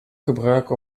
gebruiken